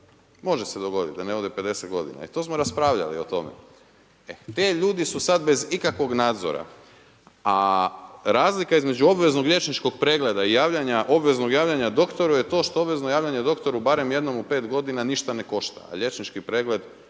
Može se dogoditi da ne ode 50 godina i to smo raspravljali o tome. E, ti ljudi su sada bez ikakvog nadzora. A razlika između obveznog liječničkog pregleda i obveznog javljanja doktoru je to što obvezno javljanje doktoru barem jednom u 5 godina ništa ne košta, a liječnički pregled